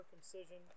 circumcision